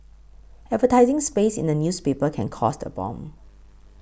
advertising space in a newspaper can cost a bomb